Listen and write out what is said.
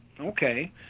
okay